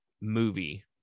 movie